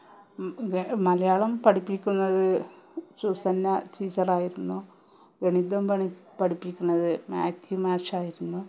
മലയാളം പഠിപ്പിക്കുന്നത് സൂസന്ന ടീച്ചറായിരുന്നു ഗണിതം പഠിപ്പിക്കുന്നത് മാത്യു മാഷായിരുന്നു